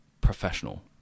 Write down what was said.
professional